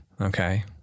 okay